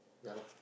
ya lah